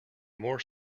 more